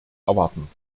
erwarten